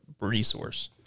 resource